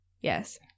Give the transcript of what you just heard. Yes